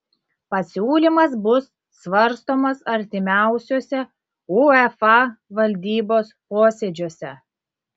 pasiūlymas bus svarstomas artimiausiuose uefa valdybos posėdžiuose